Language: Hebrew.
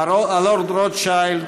הלורד רוטשילד,